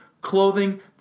Clothing